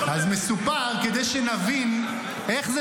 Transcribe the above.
לא --- אבל זה מסופר כדי שנבין איך זה